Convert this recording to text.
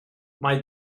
mae